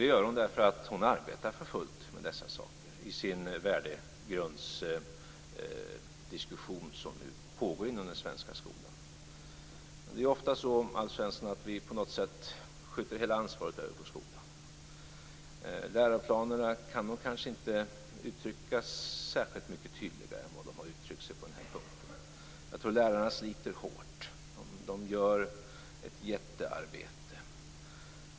Det gör hon därför att hon arbetar för fullt med dessa saker i den värdegrundsdiskussion som nu pågår inom den svenska skolan. Det är ofta så, Alf Svensson, att vi på något sätt skjuter över hela ansvaret på skolan. Läroplanerna kan nog kanske inte bli särskilt mycket tydligare än vad de är på den här punkten. Jag tror att lärarna sliter hårt. De gör ett jättearbete.